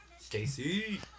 Stacy